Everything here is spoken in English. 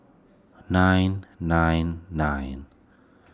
nine nine nine